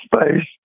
space